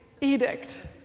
edict